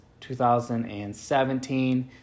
2017